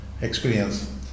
experience